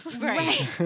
Right